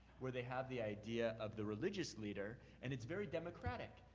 where they have the idea of the religious leader, and it's very democratic.